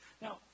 Now